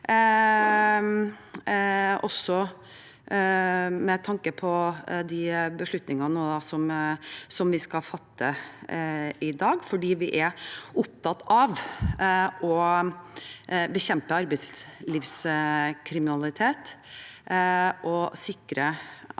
vi er opptatt av å bekjempe arbeidslivskriminalitet og sikre